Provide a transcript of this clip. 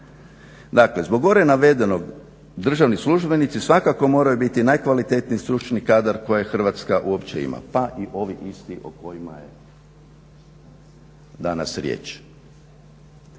Dakle, zbog gore navedenog državni službenici svakako moraju biti najkvalitetniji stručni kadar koje Hrvatska uopće ima, pa i ovi isti o kojima je danas riječ.